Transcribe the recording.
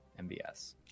MBS